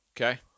Okay